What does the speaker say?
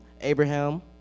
Abraham